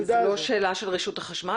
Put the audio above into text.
זו לא שאלה של רשות החשמל?